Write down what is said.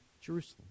Jerusalem